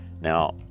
Now